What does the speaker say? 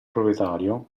proprietario